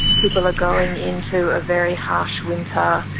people are going into a very harsh winter.